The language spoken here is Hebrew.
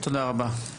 תודה רבה.